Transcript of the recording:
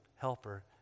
helper